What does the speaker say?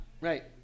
Right